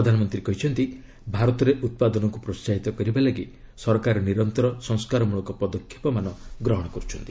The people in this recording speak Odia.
ପ୍ରଧାନମନ୍ତ୍ରୀ କହିଛନ୍ତି ଭାରତରେ ଉତ୍ପାଦନକୁ ପ୍ରୋହାହିତ କରିବା ଲାଗି ସରକାର ନିରନ୍ତର ସଂସ୍କାରମ୍ବଳକ ପଦକ୍ଷେପମାନ ଗ୍ରହଣ କରୁଛନ୍ତି